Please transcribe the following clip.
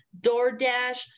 DoorDash